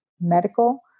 medical